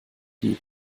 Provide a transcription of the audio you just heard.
liebe